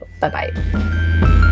Bye-bye